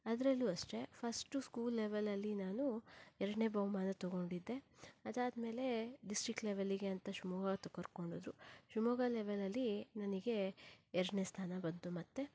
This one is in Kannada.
ಅದರಲ್ಲೂ ಅಷ್ಟೇ ಫಸ್ಟು ಸ್ಕೂಲ್ ಲೆವೆಲಲ್ಲಿ ನಾನು ಎರಡನೇ ಬಹುಮಾನ ತಗೊಂಡಿದ್ದೆ ಅದಾದ್ಮೇಲೆ ಡಿಸ್ಟ್ರಿಕ್ಟ್ ಲೆವೆಲಿಗೆ ಅಂತ ಶಿವಮೊಗ್ಗ ತ ಕರ್ಕೊಂಡು ಹೋದರು ಶಿವಮೊಗ್ಗ ಲೆವೆಲಲ್ಲಿ ನನಗೆ ಎರಡನೇ ಸ್ಥಾನ ಬಂತು ಮತ್ತೆ